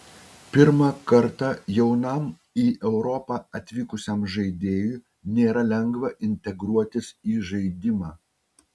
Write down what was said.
pirmą kartą jaunam į europą atvykusiam žaidėjui nėra lengva integruotis į žaidimą